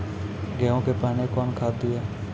गेहूँ पहने कौन खाद दिए?